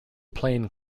plane